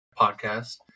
podcast